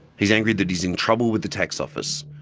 he's angry that he's in trouble with the tax office.